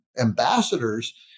ambassadors